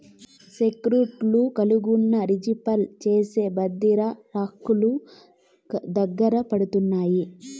సెక్యూర్టీలు కలిగున్నా, రిజీ ఫరీ చేసి బద్రిర హర్కెలు దకలుపడతాయి